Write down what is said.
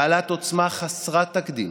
בעלת עוצמה חסרת תקדים